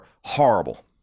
Horrible